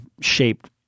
shaped –